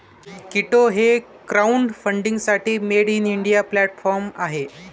कीटो हे क्राउडफंडिंगसाठी made in India platform आहे